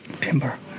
timber